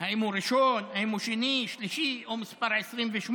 האם הוא ראשון, שני, שלישי או מס' 28?